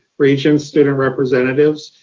regents, student representatives.